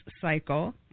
cycle